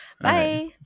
Bye